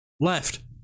Left